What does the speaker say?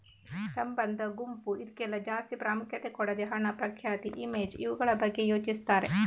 ಸಂಬಂಧ, ಗುಂಪು ಇದ್ಕೆಲ್ಲ ಜಾಸ್ತಿ ಪ್ರಾಮುಖ್ಯತೆ ಕೊಡದೆ ಹಣ, ಪ್ರಖ್ಯಾತಿ, ಇಮೇಜ್ ಇವುಗಳ ಬಗ್ಗೆ ಯೋಚಿಸ್ತಾರೆ